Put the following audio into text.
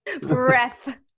Breath